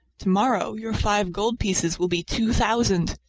tomorrow your five gold pieces will be two thousand!